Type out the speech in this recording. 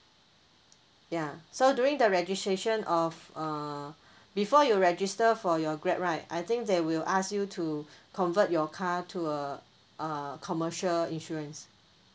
ya so during the registration of uh before you register for your grab right I think they will ask you to convert your car to a uh commercial insurance